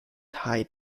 hyde